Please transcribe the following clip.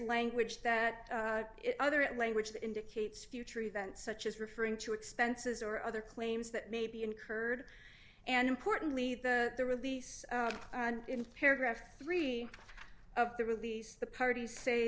language that other language that indicates future events such as referring to expenses or other claims that may be incurred and importantly the the release in paragraph three of the release the parties